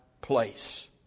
place